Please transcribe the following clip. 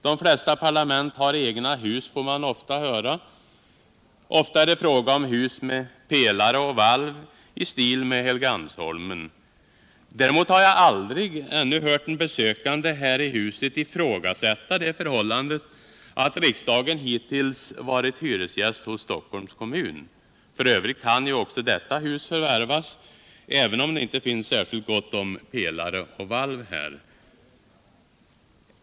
De flesta parlament har egna hus, får man ibland höra. Ofta är det fråga om hus med pelare och valv i stil med Helgeandsholmen. Däremot har jag ännu aldrig hört en besökande här i huset ifrågasätta det förhållandet att riksdagen hittills varit hyresgäst hos Stockholms kommun. F. ö. kan ju också detta hus förvärvas — även om det . inte finns särskilt gott om pelare och valv här!